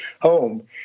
home